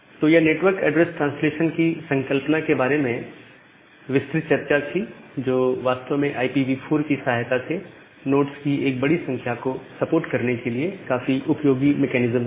तो यह network address translation की संकल्पना के बारे में विस्तृत चर्चा थी जो कि वास्तव में IPV4 की सहायता से नोड्स की एक बड़ी संख्या को सपोर्ट करने के लिए काफी उपयोगी मैकेनिज्म है